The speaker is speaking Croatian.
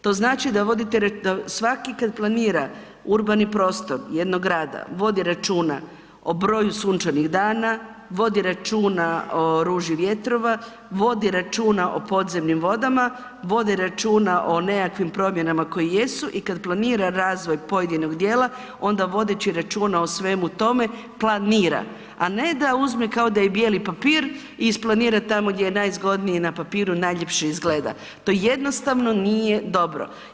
To znači da vodite, svaki kad planira urbani prostor jednog grada, vodi računa o broju sunčanih dana, vodi računa o ruži vjetrovi, vodi računa o podzemnim vodama, vodi računa o nekakvim promjenama koje jesu i kad planira razvoj pojedinog djela onda vodeći računa o svemu tome planira, a ne da uzme kao da je bijeli papir i isplanira tamo gdje je najzgodnije na papiru i najljepše izgleda, to jednostavno nije dobro.